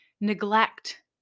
neglect